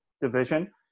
division